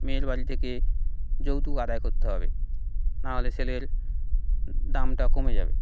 মেয়ের বাড়ি থেকে যৌতুক আদায় করতে হবে না হলে ছেলের দামটা কমে যাবে